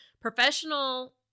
Professional